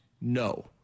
no